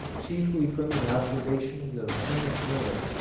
chiefly from the observations of hermann muller,